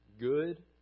good